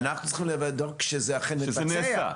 אנחנו צריכים לוודא שזה באמת מתבצע.